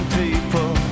people